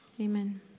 Amen